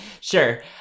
sure